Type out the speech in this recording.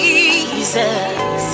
Jesus